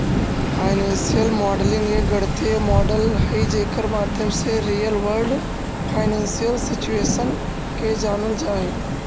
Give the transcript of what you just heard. financial modelling एक गणितीय model हई जेकर माध्यम से रियल वर्ल्ड फाइनेंशियल सिचुएशन के जानल जा हई